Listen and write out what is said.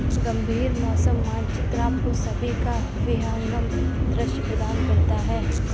गंभीर मौसम मानचित्र आपको सभी का विहंगम दृश्य प्रदान करता है